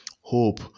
hope